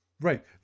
Right